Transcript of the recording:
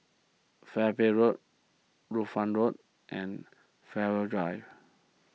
Road Road and Fairways Drive